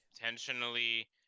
intentionally